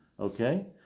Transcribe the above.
Okay